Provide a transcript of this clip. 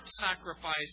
sacrifice